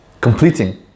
completing